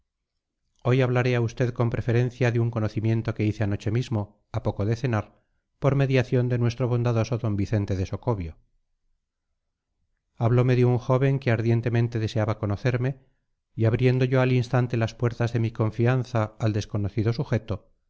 hoy hablaré a usted con preferencia de un conocimiento que hice anoche mismo a poco de cenar por mediación de nuestro bondadoso d vicente de socobio hablome de un joven que ardientemente deseaba conocerme y abriendo yo al instante las puertas de mi confianza al desconocido sujeto